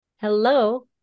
Hello